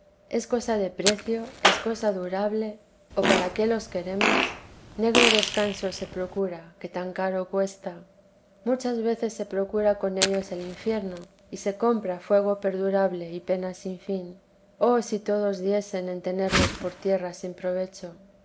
es cosa de precio es cosa durable o para qué los queremos negro descanso se procura que tan caro cuesta muchas veces se procura con ellos el infierno y se compra fuego perdurable y pena sin fin oh si todos diesen en tenerlos por tierra sin provecho